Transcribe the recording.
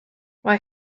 mae